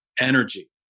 energy